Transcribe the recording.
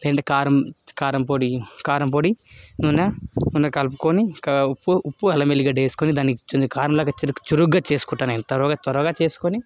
లేదంటే కారం కారంపొడి కారంపొడి నూనె నూనె కలుపుకొని ఉప్పు ఉప్పు అల్లం ఎల్లిగడ్డ వేసుకొని దాన్ని కొంచెం కారం లాగా చురుగ్గా చురుగ్గా చేసుకుంట నేను త్వరగా త్వరగా చేసుకొని